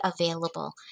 available